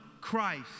Christ